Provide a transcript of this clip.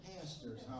pastors